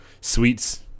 sweets